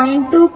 2 0